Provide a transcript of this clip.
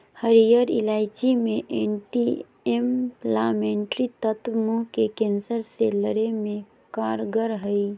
हरीयर इलायची मे एंटी एंफलामेट्री तत्व मुंह के कैंसर से लड़े मे कारगर हई